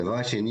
דבר שני,